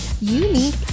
unique